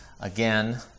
again